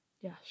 yes